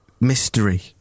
mystery